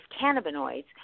cannabinoids